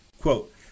Quote